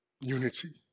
unity